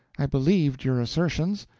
i believed your assertions,